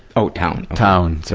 oh, town. town, so